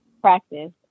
practice